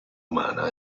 umana